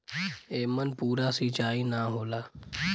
एमन पूरा सींचाई ना होला